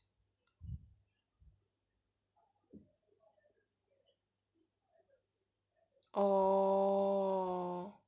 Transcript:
oh